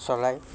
চলায়